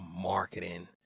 marketing